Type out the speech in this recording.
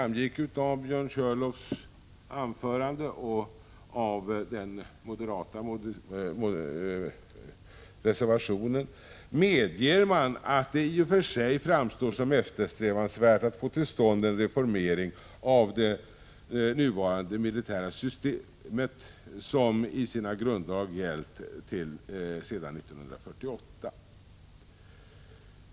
NOrnos anvoranac meager emenerdaa moderaterna att aet I OCnN TOT Sig framstår som eftersträvansvärt att få till stånd en reformering av det nuvarande militära systemet, som i sina grunddrag gällt sedan 1948.